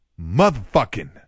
Motherfucking